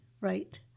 right